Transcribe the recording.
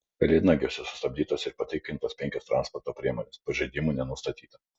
pelėdnagiuose sustabdytos ir patikrintos penkios transporto priemonės pažeidimų nenustatyta